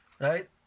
Right